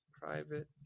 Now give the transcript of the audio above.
private